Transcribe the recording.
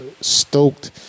stoked